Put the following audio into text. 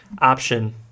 Option